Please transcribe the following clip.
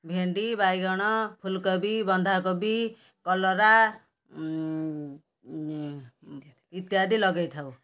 ଭେଣ୍ଡି ବାଇଗଣ ଫୁଲକୋବି ବନ୍ଧାକୋବି କଲରା ଇତ୍ୟାଦି ଲଗେଇଥାଉ